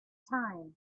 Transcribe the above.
time